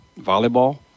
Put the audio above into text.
Volleyball